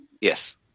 Yes